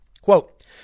Quote